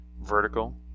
vertical